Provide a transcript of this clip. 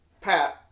Pat